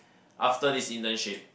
after this internship